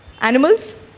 animals